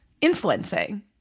influencing